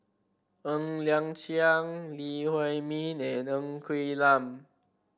Ng Liang Chiang Lee Huei Min and Ng Quee Lam